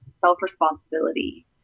self-responsibility